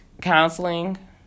counseling